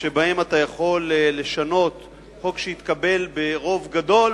שבהם אתה יכול לשנות חוק שהתקבל ברוב גדול